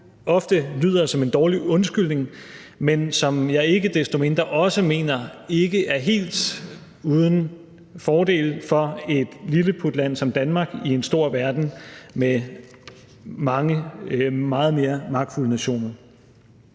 ofte lyder som en dårlig undskyldning, men som jeg ikke desto mindre også mener ikke er helt uden fordel for et lilleputland som Danmark i en stor verden med mange meget mere magtfulde nationer.